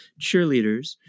cheerleaders